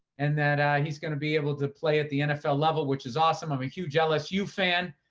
and that he's going to be able to play at the nfl level, which is awesome. i'm a huge lsu fan,